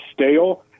stale